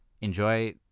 enjoy